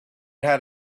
had